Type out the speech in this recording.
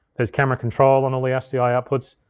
there's camera control on all the sdi outputs.